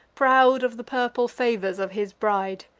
proud of the purple favors of his bride.